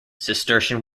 cistercian